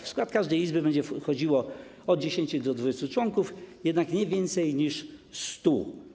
W skład każdej izby będzie wchodziło od 10 do 20 członków, jednak nie więcej niż 100.